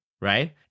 right